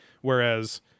Whereas